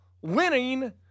winning